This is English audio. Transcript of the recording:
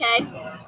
Okay